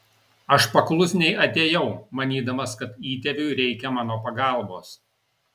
aš paklusniai atėjau manydamas kad įtėviui reikia mano pagalbos